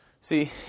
See